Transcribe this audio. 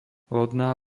lodná